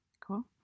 Cool